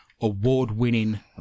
award-winning